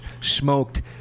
Smoked